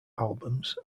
albums